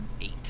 Eight